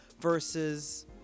versus